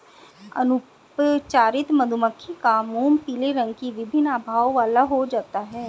अनुपचारित मधुमक्खी का मोम पीले रंग की विभिन्न आभाओं वाला हो जाता है